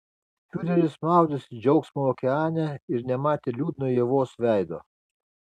fiureris maudėsi džiaugsmo okeane ir nematė liūdno ievos veido